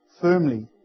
firmly